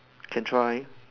can try